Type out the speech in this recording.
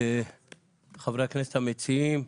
חברי הכנסת המציעים,